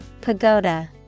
Pagoda